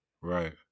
right